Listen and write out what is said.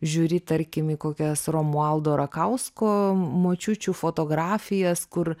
žiūri tarkim į kokias romualdo rakausko močiučių fotografijas kur